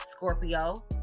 Scorpio